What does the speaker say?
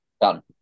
done